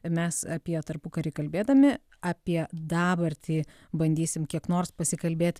mes apie tarpukarį kalbėdami apie dabartį bandysim kiek nors pasikalbėt